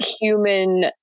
human